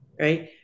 Right